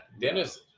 Dennis